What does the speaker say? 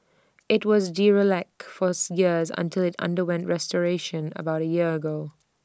IT was derelict fourth years until IT underwent restoration about A year ago